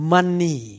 Money